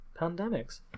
pandemics